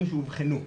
שאובחנו.